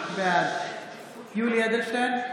בעד יולי יואל אדלשטיין,